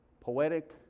poetic